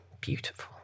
Beautiful